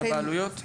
בעלויות?